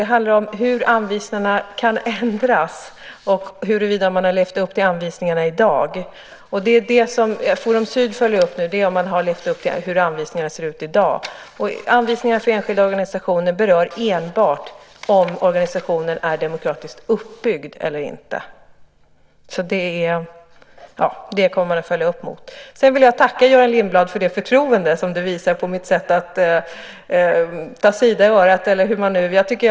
Det gäller hur anvisningarna kan ändras och huruvida man har levt upp till anvisningarna i dag. Det som Forum Syd följer upp nu gäller om man har levt upp till hur anvisningarna ser ut i dag. Anvisningarna för enskilda organisationer berör enbart om organisationen är demokratiskt uppbyggd eller inte. Det kommer man att följa upp. Jag vill tacka Göran Lindblad för det förtroende som du visar för mitt sätt att ta Sida i örat eller hur man nu vill uttrycka det.